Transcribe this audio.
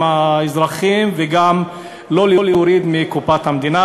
האזרחים יותר וגם לא תוריד מקופת המדינה.